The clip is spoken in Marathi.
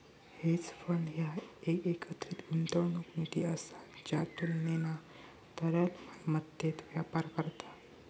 हेज फंड ह्या एक एकत्रित गुंतवणूक निधी असा ज्या तुलनेना तरल मालमत्तेत व्यापार करता